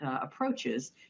approaches